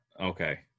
Okay